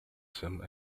some